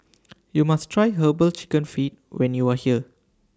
YOU must Try Herbal Chicken Feet when YOU Are here